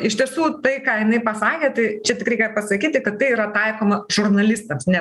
iš tiesų tai ką jinai pasakė tai čia reikia pasakyti kad tai yra taikoma žurnalistams ne